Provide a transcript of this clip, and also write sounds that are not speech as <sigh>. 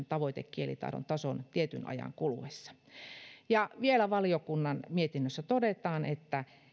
<unintelligible> tavoitekielitaidon tason tietyn ajan kuluessa valiokunnan mietinnössä todetaan vielä että